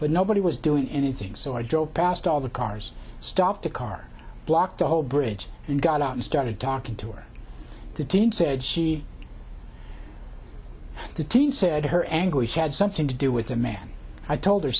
but nobody was doing anything so i drove past all the cars stopped a car blocked the whole bridge and got out and started talking to her the team said she the teen said her angry had something to do with the man i told her